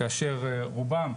כאשר רובם,